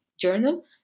Journal